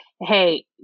hey